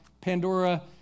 Pandora